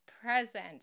present